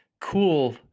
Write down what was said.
cool